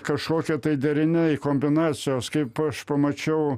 kažkokie tai deriniai kombinacijos kaip aš pamačiau